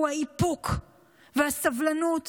זה האיפוק והסבלנות